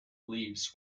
leaves